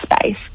space